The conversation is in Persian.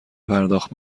پرداخت